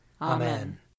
Amen